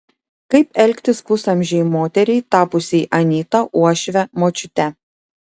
kaip elgtis pusamžei moteriai tapusiai anyta uošve močiute